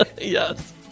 Yes